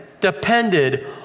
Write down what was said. depended